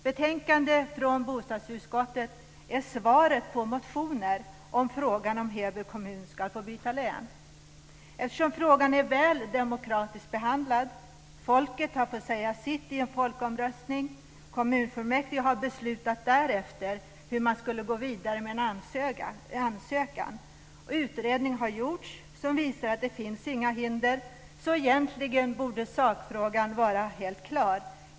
Betänkandet från bostadsutskottet är svaret på motioner om frågan om huruvida Heby kommun ska få byta län. Frågan är väl demokratiskt behandlad. Folket har fått säga sitt i en folkomröstning. Därefter har kommunfullmäktige beslutat hur man skulle gå vidare med en ansökan. En utredning har gjorts som visade att det inte finns några hinder, så egentligen borde sakfrågan vara helt klar.